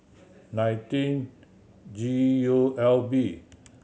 nineteen G U L B